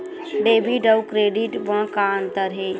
Debit अउ credit म का अंतर हे?